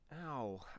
Ow